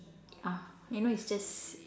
ah you know it's just